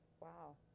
Wow